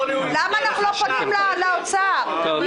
למה אנחנו לא פונים למשרד האוצר?